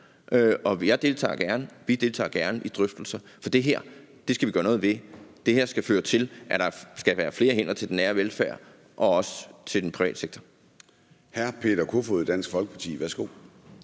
en kombination, og vi deltager gerne i drøftelser. For det her skal vi gøre noget ved; det her skal føre til, at der bliver flere hænder til den nære velfærd og også til den private sektor.